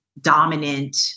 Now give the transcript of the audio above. dominant